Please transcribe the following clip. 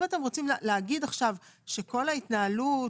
אם אתם רוצים להגיד עכשיו שכל ההתנהלות,